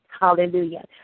Hallelujah